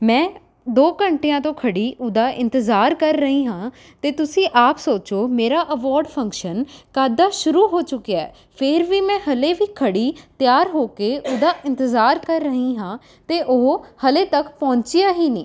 ਮੈਂ ਦੋ ਘੰਟਿਆਂ ਤੋਂ ਖੜ੍ਹੀ ਉਹਦਾ ਇੰਤਜ਼ਾਰ ਕਰ ਰਹੀ ਹਾਂ ਅਤੇ ਤੁਸੀਂ ਆਪ ਸੋਚੋ ਮੇਰਾ ਅਵਾਰਡ ਫੰਕਸ਼ਨ ਕਦ ਦਾ ਸ਼ੁਰੂ ਹੋ ਚੁੱਕਿਆ ਫਿਰ ਵੀ ਮੈਂ ਹਾਲੇ ਵੀ ਖੜ੍ਹੀ ਤਿਆਰ ਹੋ ਕੇ ਉਹਦਾ ਇੰਤਜ਼ਾਰ ਕਰ ਰਹੀ ਹਾਂ ਅਤੇ ਉਹ ਹਾਲੇ ਤੱਕ ਪਹੁੰਚਿਆ ਹੀ ਨਹੀਂ